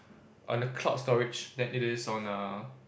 on the cloud storage than it is on the